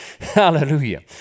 Hallelujah